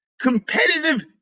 competitive